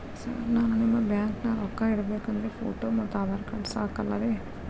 Sir ನಾನು ನಿಮ್ಮ ಬ್ಯಾಂಕನಾಗ ರೊಕ್ಕ ಇಡಬೇಕು ಅಂದ್ರೇ ಫೋಟೋ ಮತ್ತು ಆಧಾರ್ ಕಾರ್ಡ್ ಸಾಕ ಅಲ್ಲರೇ?